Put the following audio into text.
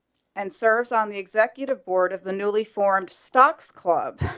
and serves on the executive board of the newly formed stocks club